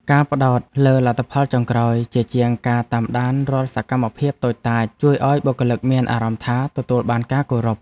ការផ្តោតលើលទ្ធផលចុងក្រោយជាជាងការតាមដានរាល់សកម្មភាពតូចតាចជួយឱ្យបុគ្គលិកមានអារម្មណ៍ថាទទួលបានការគោរព។